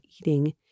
eating